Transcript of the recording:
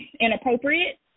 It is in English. inappropriate